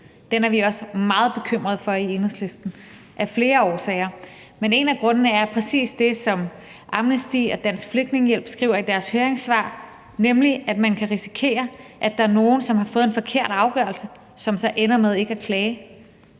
Den er vi også meget bekymrede for i Enhedslisten – af flere årsager. En af grundene er præcis det, som Amnesty International og Dansk Flygtningehjælp skriver i deres høringssvar, nemlig at man kan risikere, at nogle, som har fået en forkert afgørelse, ender med ikke at klage.